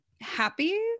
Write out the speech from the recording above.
happy